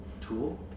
tool